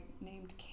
named